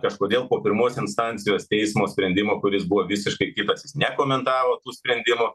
kažkodėl po pirmos instancijos teismo sprendimo kuris buvo visiškai kitas jis nekomentavo tų sprendimų